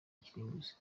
kirimbuzi